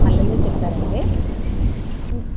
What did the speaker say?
మల్లెలు చెప్పారండి